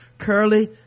curly